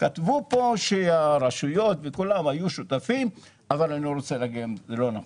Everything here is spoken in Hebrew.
כתבו כאן שהרשויות וכולם היו שותפים אבל אני רוצה להגיד שזה לא נכון.